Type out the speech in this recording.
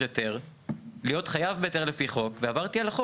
מותר להם להחמיר עליה, מותר להם לקבוע הוראות